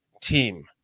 team